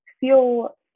feel